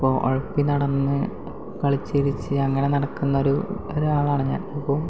അപ്പോൾ ഉഴപ്പി നടന്ന് കളിച്ചു ചിരിച്ച് അങ്ങനെ നടക്കുന്ന ഒരു ഒരാളാണ് ഞാൻ അപ്പോൾ